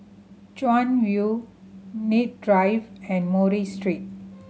Chuan View Kent Drive and Murray Street